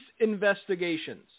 investigations